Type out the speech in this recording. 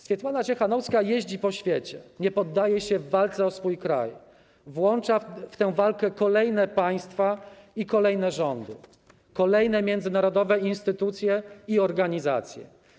Swiatłana Cichanouska jeździ po świecie, nie poddaje się w walce o swój kraj, włącza w tę walkę kolejne państwa i kolejne rządy, kolejne międzynarodowe instytucje i organizacje.